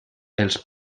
els